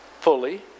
fully